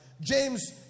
James